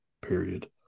period